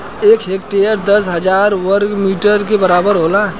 एक हेक्टेयर दस हजार वर्ग मीटर के बराबर होला